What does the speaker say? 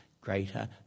greater